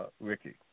Ricky